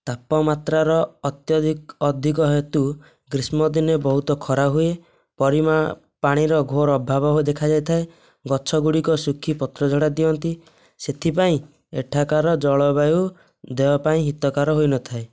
ତାପମାତ୍ରାର ଅତ୍ୟଧି ଅଧିକ ହେତୁ ଗ୍ରୀଷ୍ମ ଦିନେ ବହୁତ ଖରା ହୁଏ ପରିମା ପାଣିର ଘୋର ଅଭାବ ଦେଖାଯାଇଥାଏ ଗଛଗୁଡ଼ିକ ଶୁଖି ପତ୍ରଝଡ଼ା ଦିଅନ୍ତି ସେଥିପାଇଁ ଏଠାକାର ଜଳବାୟୁ ଦେହ ପାଇଁ ହିତକାର ହୋଇନଥାଏ